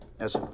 Yes